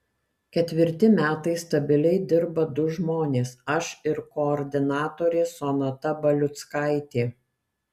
ketvirti metai stabiliai dirba du žmonės aš ir koordinatorė sonata baliuckaitė